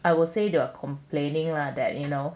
I will say they're are complaining that you know